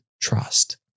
trust